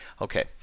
Okay